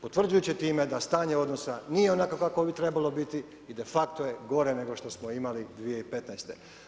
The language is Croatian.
Potvrđujući time da stanje odnosa nije onako kako bi trebalo biti i de facto je gore nego što smo imali 2015.